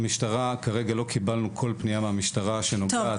המשטרה כרגע לא קיבלנו כל פנייה מהמשטרה שנוגעת.